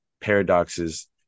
paradoxes